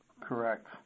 Correct